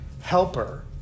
helper